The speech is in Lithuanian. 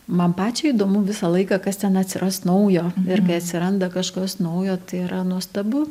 man pačiai įdomu visą laiką kas ten atsiras naujo irgi atsiranda kažkas naujo tai yra nuostabu